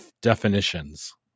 definitions